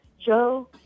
Joe